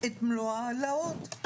את מלוא ההעלאות,